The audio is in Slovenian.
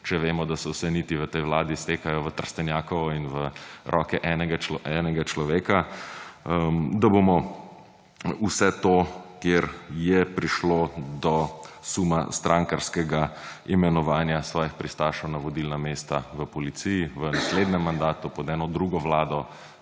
če vemo, da se vse niti v tej vladi stekajo v Trstenjakovo in v roke enega človeka –, da bomo vse to, kjer je prišlo do suma strankarskega imenovanja svojih pristašev na vodilna mesta v Policiji, v naslednjem mandatu pod eno drugo vlado